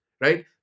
Right